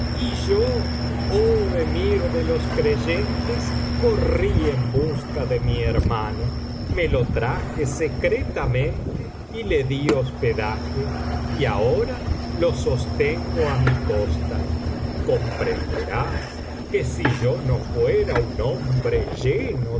y yo oh emir de los creyentes corrí en busca de mi hermano me lo traje secretamente y le di hospedaje y ahora lo sostengo á mi costa comprenderás que si yo no fuera un hombre lleno de entereza y